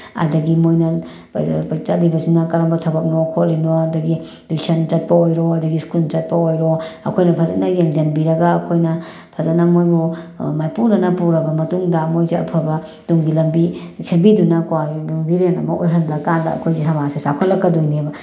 ꯑꯗꯒꯤ ꯃꯣꯏꯅ ꯆꯠꯂꯤꯕꯁꯤꯅ ꯀꯔꯝꯕ ꯊꯕꯛꯅꯣ ꯈꯣꯠꯂꯤꯅꯣ ꯑꯗꯒꯤ ꯇ꯭ꯌꯨꯁꯟ ꯆꯠꯄ ꯑꯣꯏꯔꯣ ꯑꯗꯒꯤ ꯁ꯭ꯀꯨꯜ ꯆꯠꯄ ꯑꯣꯏꯔꯣ ꯑꯩꯈꯣꯏꯅ ꯐꯖꯅ ꯌꯦꯡꯁꯤꯟꯕꯤꯔꯒ ꯑꯩꯈꯣꯏꯅ ꯐꯖꯅ ꯃꯣꯏꯕꯨ ꯃꯥꯏꯄꯨꯅꯅ ꯄꯨꯔꯕ ꯃꯇꯨꯡꯗ ꯃꯣꯏꯁꯦ ꯑꯐꯕ ꯇꯨꯡꯒꯤ ꯂꯝꯕꯤ ꯁꯦꯝꯕꯤꯗꯨꯅꯀꯣ ꯌꯨꯝꯕꯤꯔꯦꯟ ꯑꯃ ꯑꯣꯏꯍꯜꯂꯀꯥꯟꯗ ꯑꯩꯈꯣꯏ ꯁꯃꯥꯖꯁꯦ ꯆꯥꯎꯈꯠꯂꯛꯀꯗꯣꯏꯅꯦꯕ